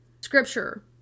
scripture